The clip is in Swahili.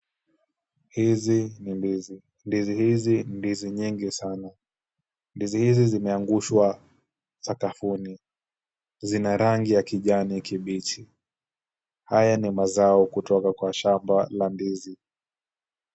Hizi ni ndizi. Ndizi hizi ni ndizi nyingi sana. Ndizi hizi zimeangushwa sakafuni. Zina rangi ya kijani kibichi. Haya ni mazao kutoka kwa shamba la ndizi.